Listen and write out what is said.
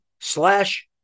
slash